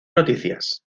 noticias